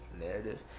narrative